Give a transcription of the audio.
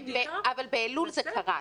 באלול זה קרס.